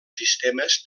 sistemes